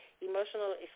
emotional